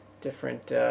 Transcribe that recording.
different